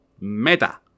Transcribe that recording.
Meta